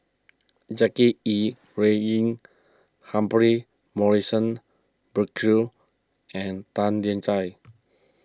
Jackie Yi Ru Ying Humphrey Morrison Burkill and Tan Lian Chye